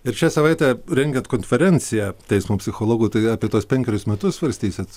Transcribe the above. ir šią savaitę rengiat konferenciją teismo psichologų tai apie tuos penkerius metus svarstysit